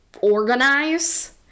organize